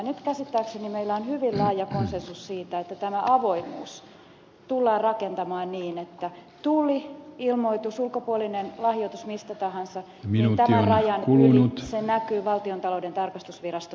nyt käsittääkseni meillä on hyvin laaja konsensus siitä että tämä avoimuus tullaan rakentamaan niin että tuli ilmoitus ulkopuolinen lahjoitus mistä tahansa tämän rajan yli se näkyy valtiontalouden tarkastusviraston sivuilla